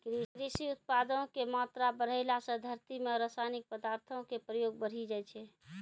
कृषि उत्पादो के मात्रा बढ़ैला से धरती मे रसायनिक पदार्थो के प्रयोग बढ़ि जाय छै